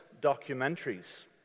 documentaries